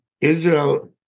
Israel